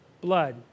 blood